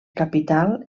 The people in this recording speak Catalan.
capital